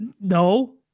No